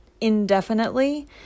indefinitely